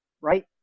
right